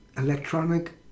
electronic